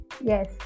Yes